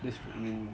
that's true